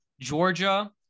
Georgia